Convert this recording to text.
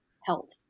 health